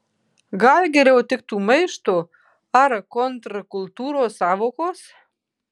gal geriau tiktų maišto ar kontrkultūros sąvokos